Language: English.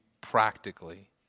practically